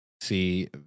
see